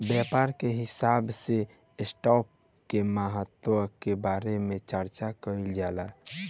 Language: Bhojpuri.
व्यापार के हिसाब से स्टॉप के महत्व के बारे में चार्चा कईल जाला